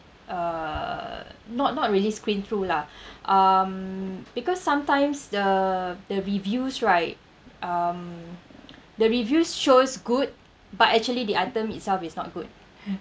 uh not not really screen through lah um because sometimes the the reviews right um the reviews shows good but actually the item itself is not good